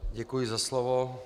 Děkuji za slovo.